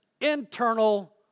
internal